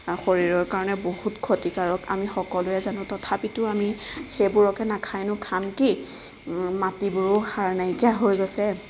শৰীৰৰ কাৰণে বহুত ক্ষতিকাৰক আমি সকলোৱে জানো তথাপিতো আমি সেইবোৰকে নাখায়নো খাম কি মাটিবোৰো সাৰ নাইকিয়া হৈ গৈছে